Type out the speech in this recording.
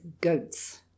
goats